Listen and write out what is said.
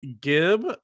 Gib